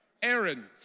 Aaron